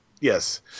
Yes